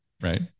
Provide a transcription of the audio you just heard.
Right